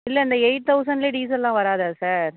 இல்லை இந்த எயிட் தெளசண்லே டீசெல்லாம் வராதா சார்